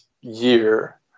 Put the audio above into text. year